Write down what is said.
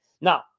Now